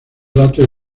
datos